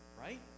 right